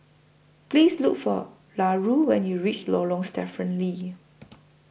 Please Look For Larue when YOU REACH Lorong Stephen Lee